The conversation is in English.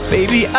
Baby